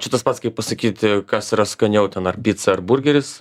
čia tas pats kaip pasakyti kas yra skaniau ten ar pica ar burgeris